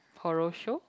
horror show